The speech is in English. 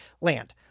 land